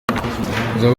uzaba